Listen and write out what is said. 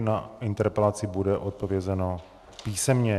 Na interpelaci bude odpovězeno písemně.